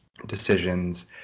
Decisions